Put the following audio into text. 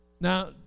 Now